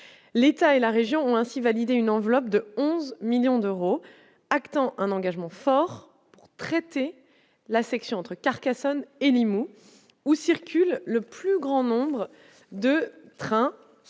l'État et la région ont ainsi validé une enveloppe de 11 millions d'euros, actant un engagement fort pour traiter la section entre Carcassonne et Limoux, où circule le plus grand nombre de trains, les travaux